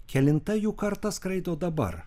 kelinta jų karta skraido dabar